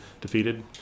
defeated